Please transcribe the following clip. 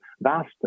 vast